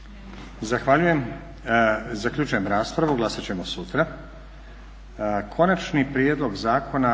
Zahvaljujem. Zaključujem raspravu. Glasat ćemo sutra.